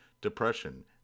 depression